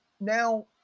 now